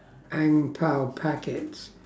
ang bao packets